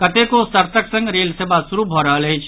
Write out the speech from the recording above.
कतेको शर्तक संग रेल सेवा शुरू भऽ रहल अछि